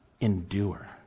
endure